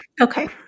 okay